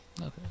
Okay